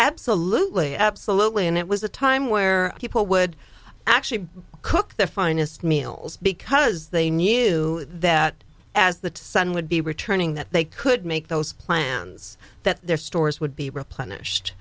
absolutely absolutely and it was a time where people would actually cook their finest meals because they knew that as the sun would be returning that they could make those plans that their stores would be replenished